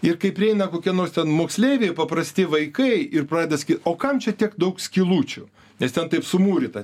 ir kai prieina kokie nors ten moksleiviai paprasti vaikai ir pradeda sakyt o kam čia tiek daug skylučių nes ten taip sumūryta